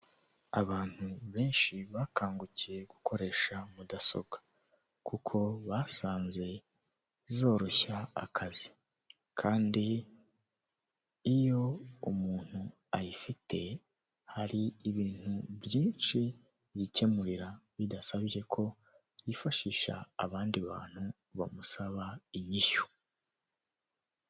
Abantu benshi bakangukiye gukoresha mudasobwa. Kuko basanze zoroshya akazi. Kandi iyo umuntu ayifite, hari ibintu byinshi yikemurira, bidasabye ko yifashisha abandi bantu bamusaba inyishyu.